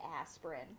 aspirin